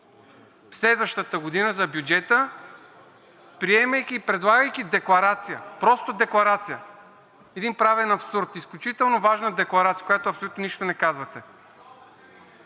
за следващата година, за бюджета, приемайки и предлагайки декларация, просто декларация. Един правен абсурд. Изключително важна декларация, в която абсолютно нищо не казвате.